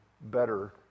better